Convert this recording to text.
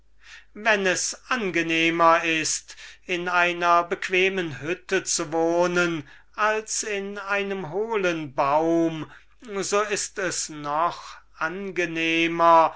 wenn es angenehmer ist in einer bequemen hütte zu wohnen als in einem hohlen baum so ist es noch angenehmer